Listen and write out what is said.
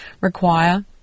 require